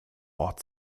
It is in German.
ort